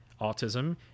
autism